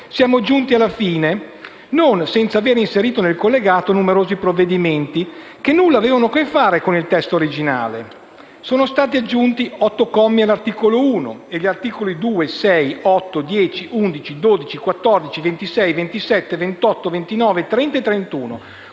siamo giunti alla fine, non senza aver inserito nel collegato numerosi provvedimenti che nulla avevano a che fare con il testo originale. Sono stati aggiunti 8 commi all'articolo 1, e gli articoli 2, 6, 8 , 10, 11, 12, 14, 26, 27, 28, 29, 30 e 31.